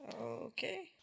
Okay